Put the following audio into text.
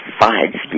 five